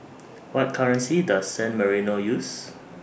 What currency Does San Marino use